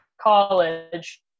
college